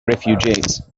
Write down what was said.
refugees